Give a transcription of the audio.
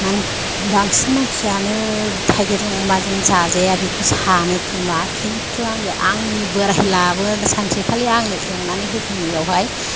माने बांसिन मानसियानो थाइगिरजों अमाजों जाजाया बेखौ सानो खोमा खिन्थु आङो आंनि बोराय लाबो सानसेखालि आंनो एवनानै होफैनायावहाय